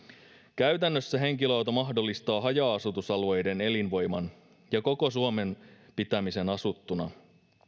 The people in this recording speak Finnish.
käytännössä henkilöauto mahdollistaa haja asutusalueiden elinvoiman ja koko suomen pitämisen asuttuna